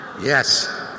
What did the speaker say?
Yes